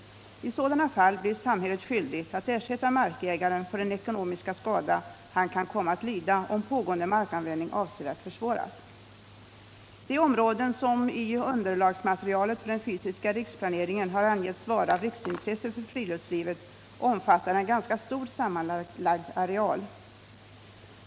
I sådana fall blir samhället skyldigt att ersätta markägaren för den ekonomiska skada han kan komma att lida om pågående markanvändning avsevärt försvåras. De områden som i underlagsmaterialet för den fysiska riksplaneringen har angetts vara av riksintresse för friluftslivet omfattar en ganska stor sammanlagd areal.